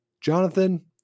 Jonathan